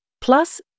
Plus